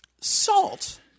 Salt